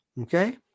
okay